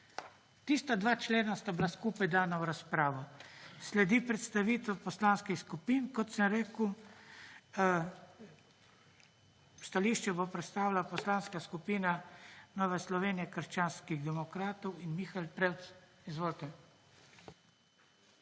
Tista dva člena sta bila skupaj dana v razpravo. Sledi predstavitev poslanskih skupin, kot sem rekel. Stališče bo predstavila Poslanska skupina Nova Slovenija – krščanskih demokratov in Mihael Prevc. Izvolite.